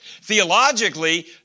Theologically